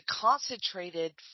concentrated